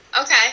Okay